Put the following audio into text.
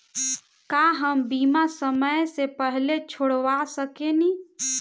का हम बीमा समय से पहले छोड़वा सकेनी?